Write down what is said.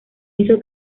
hizo